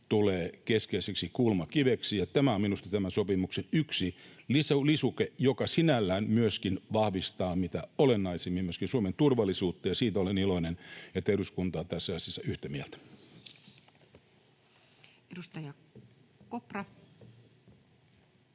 tulee keskeiseksi kulmakiveksi. Tämä on minusta tämän sopimuksen yksi lisuke, joka sinällään myöskin vahvistaa mitä olennaisimmin myöskin Suomen turvallisuutta, ja siitä olen iloinen, että eduskunta on tässä asiassa yhtä mieltä. [Speech 75]